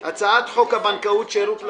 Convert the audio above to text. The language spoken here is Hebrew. על סדר היום הצעת חוק הבנקאות (שירות ללקוח)